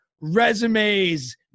resumes